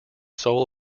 soul